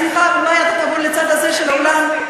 אולי אתה תעבור לצד הזה של האולם.